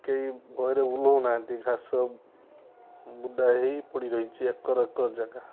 କେହି ଭୟରେ ଓହ୍ଲାଉ ନାହାଁନ୍ତି ଚାଷ ବୁଦା ହେଇ ପଡ଼ି ରହିଛି ଏକର ଏକର ଜାଗା